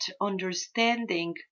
understanding